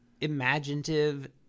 imaginative